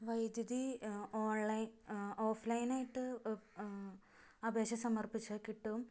വൈദ്യൂതി online ഓഫ്ലൈനായിട്ട് അപേക്ഷ സമര്പ്പിച്ചാല് കിട്ടും